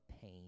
pain